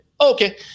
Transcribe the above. okay